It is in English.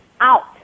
out